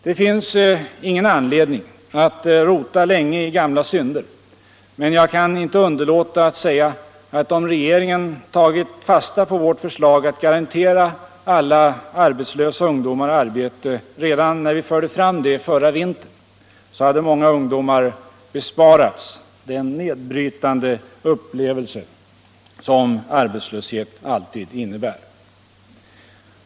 Det finns ingen anledning att rota länge i gamla synder, men jag kan inte underlåta att säga att om regeringen tagit fasta på vårt förslag att garantera alla arbetslösa ungdomar arbete redan när vi förde fram det förra vintern, hade många ungdomar besparats den nedbrytande upplevelse som arbetslöshet alltid innebär.